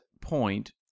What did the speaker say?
point